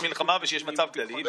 חבריי חברי הכנסת,